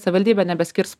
savivaldybė nebeskirs